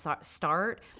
START